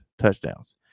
touchdowns